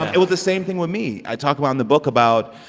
ah it was the same thing with me. i talk about in the book about,